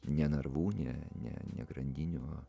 ne narvų ne ne ne grandinių o